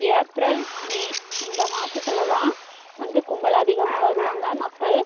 April May இந்த மாசத்தில் தான் வந்து கும்பல் அதிகமாக வருவாங்க மக்கள்